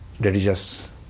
religious